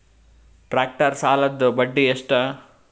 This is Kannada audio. ಟ್ಟ್ರ್ಯಾಕ್ಟರ್ ಸಾಲದ್ದ ಬಡ್ಡಿ ಎಷ್ಟ?